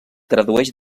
tradueix